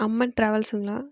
அம்மன் ட்ராவல்ஸுங்களா